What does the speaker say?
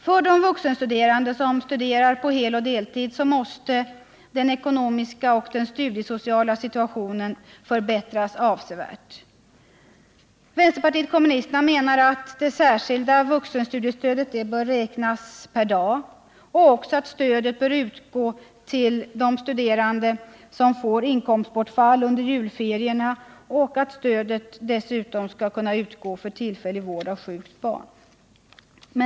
För de vuxenstuderande som studerar på heleller deltid måste den ekonomiska och studiesociala situationen förbättras avsevärt. Vpk menar att det särskilda vuxenstudiestödet bör räknas per dag, att stödet också bör utgå till de studerande som får inkomstbortfall under julferier och att stödet dessutom skall kunna utgå vid tillfällig vård av sjukt barn.